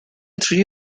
three